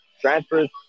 transfers